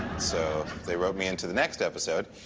so they wrote me into the next episode,